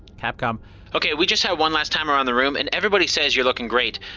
capcom okay we just had one last time around the room and everybody says you're looking great.